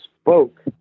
spoke